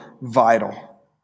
vital